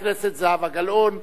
האחרון,